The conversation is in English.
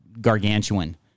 gargantuan